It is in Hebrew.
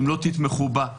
אם לא תתמכו בה,